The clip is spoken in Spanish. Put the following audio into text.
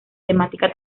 temática